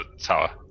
tower